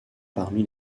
parmi